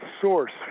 source